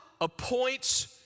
appoints